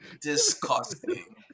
Disgusting